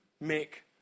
make